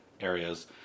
areas